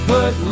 Put